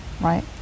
right